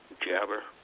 Jabber